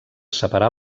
separar